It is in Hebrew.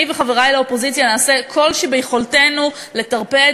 אני וחברי לאופוזיציה נעשה כל שביכולתנו לטרפד